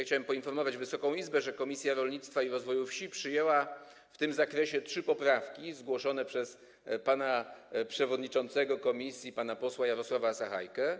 Chciałem poinformować Wysoką Izbę, że Komisja Rolnictwa i Rozwoju Wsi przyjęła w tym zakresie trzy poprawki zgłoszone przez przewodniczącego komisji, pana posła Jarosława Sachajkę.